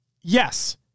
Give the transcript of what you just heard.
Yes